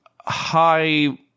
high